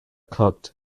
cooked